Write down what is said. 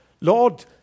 lord